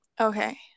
Okay